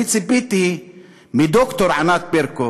אני ציפיתי מד"ר ענת ברקו